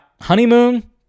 honeymoon